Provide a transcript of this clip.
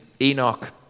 Enoch